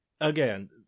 again